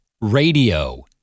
radio